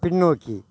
பின்னோக்கி